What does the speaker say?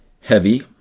heavy